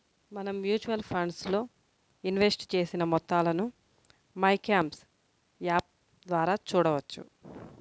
మనం mutual funds లో invest చేసిన మొత్తాలను మైక్యామ్స్ యాప్ ద్వారా చూడవచ్చు